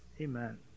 Amen